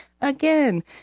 Again